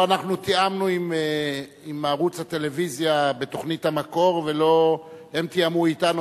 לא אנחנו תיאמנו עם ערוץ הטלוויזיה בתוכנית "המקור" ולא הם תיאמו אתנו,